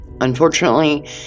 unfortunately